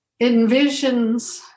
envisions